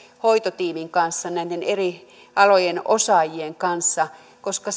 hoitotiimin kanssa näiden eri alojen osaajien kanssa koska